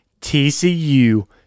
TCU